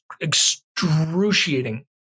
excruciating